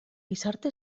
gizarte